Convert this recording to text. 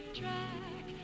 track